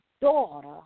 daughter